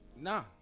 Nah